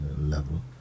level